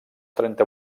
trenta